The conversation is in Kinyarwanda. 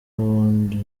ubundi